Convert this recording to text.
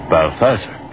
Balthazar